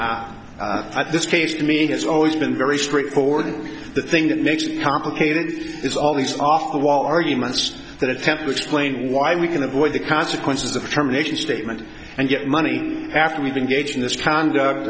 i this case to mean it's always been very straightforward and the thing that makes it complicated thing is all these off the wall arguments that attempt to explain why we can avoid the consequences of terminations statement and get money after we've been gauging this c